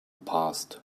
passed